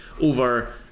over